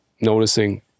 noticing